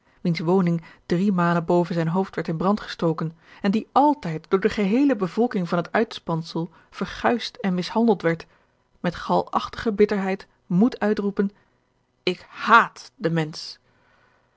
wiens woning driemalen boven zijn hoofd werd in brand gestoken en die altijd door de geheele bevolking van het uitspansel verguisd en mishandeld werd met galachtige bitterheid moet uitroepen ik haat den mensch